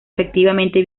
efectivamente